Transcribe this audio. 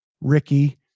Ricky